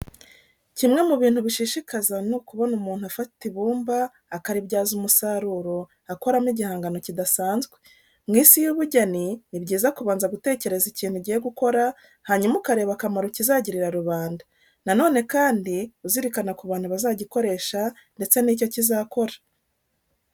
Kimwe mu bintu bishishikaza ni ukubona umuntu afata ibumba, akaribyaza umusaruro akoramo igihangano kidasanzwe. Mu Isi y'ubugeni ni byiza kubanza gutekereza ikintu ugiye gukora, hanyuma ukareba akamaro kizagirira rubanda. Na none kandi uzirikana ku bantu bazagikoresha ndetse n'icyo kizakora.